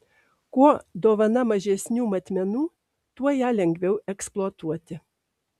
kuo dovana mažesnių matmenų tuo ją lengviau eksploatuoti